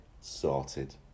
Sorted